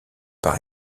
par